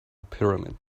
pyramids